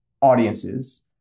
audiences